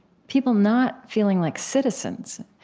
people not feeling like citizens